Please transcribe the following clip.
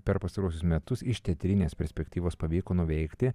per pastaruosius metus iš teatrinės perspektyvos pavyko nuveikti